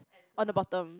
on the bottom